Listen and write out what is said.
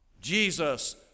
Jesus